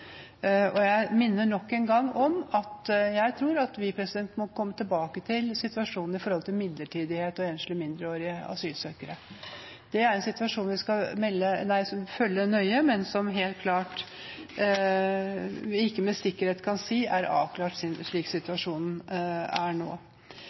Jeg minner nok en gang om at jeg tror at vi må komme tilbake til situasjonen i forhold til midlertidighet og enslige mindreårige asylsøkere. Det er en situasjon vi skal følge nøye, men som vi helt klart ikke med sikkerhet kan si er avklart slik situasjonen er nå. Det er heller ikke slik